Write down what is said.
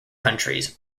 countries